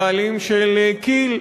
הבעלים של כי"ל.